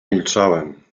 milczałem